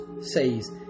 says